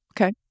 Okay